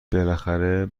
بالاخره